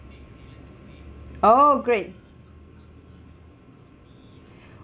oh great